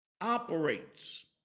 operates